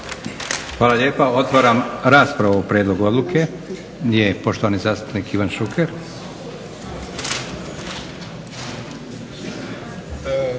Hvala lijepa. Otvaram raspravu o prijedlogu odluke. Poštovani zastupnik Ivan Šuker.